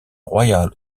royal